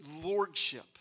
lordship